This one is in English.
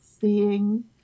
seeing